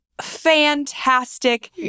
fantastic